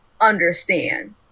understand